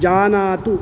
जानातु